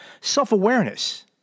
self-awareness